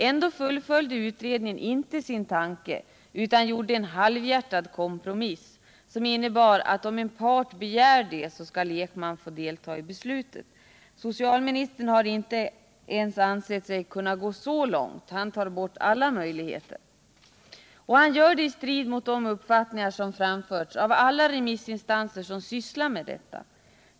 Ändå fullföljde utredningen inte sin tanke, utan den gjorde en halvhjärtad kompromiss, som innebar att om en part begär det, skall lekman få delta i beslutet. 195 Socialministern har inte ens ansett sig kunna gå så långt. Han tar bort alla möjligheter! Och han gör det i strid mot de uppfattningar som framförts av alla de remissinstanser som sysslar med detta.